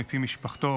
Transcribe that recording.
מפי משפחתו,